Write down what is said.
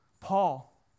Paul